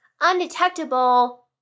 undetectable